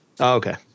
okay